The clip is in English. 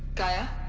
gaia.